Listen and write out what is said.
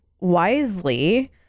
wisely